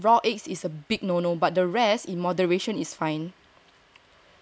is a big no no but the rest in moderation is fine